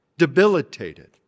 debilitated